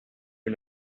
you